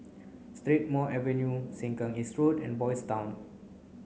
Strathmore Sengkang East Road and Boys' Town